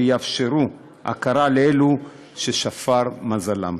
ויאפשרו הכרה לאלו שלא שפר מזלם.